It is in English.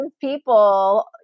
people